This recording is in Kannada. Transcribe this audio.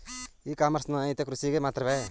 ಇ ಕಾಮರ್ಸ್ ನೊಂದಾಯಿತ ಕೃಷಿಕರಿಗೆ ಮಾತ್ರವೇ?